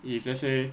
if let's say